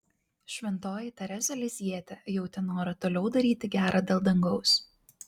šventoji teresė lizjietė jautė norą toliau daryti gera dėl dangaus